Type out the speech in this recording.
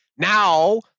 Now